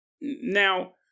Now